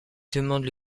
demande